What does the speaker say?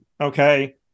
okay